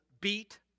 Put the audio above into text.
beat